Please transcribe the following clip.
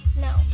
No